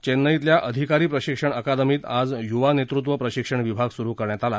चेन्नईतल्या अधिकारी प्रशिक्षण अकादमीत आज य्वा नेतृत्व प्रशिक्षण विभाग स्रु करण्यात आला